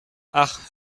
ach